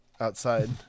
outside